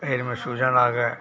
पैर में सूजन आ गया